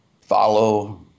follow